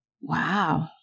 Wow